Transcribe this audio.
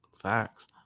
Facts